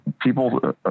people